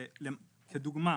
כדוגמה,